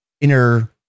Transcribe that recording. inner